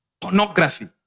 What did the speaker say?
pornography